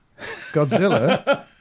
Godzilla